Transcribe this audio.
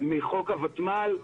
מחוק הותמ"ל.